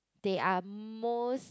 they are most